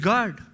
God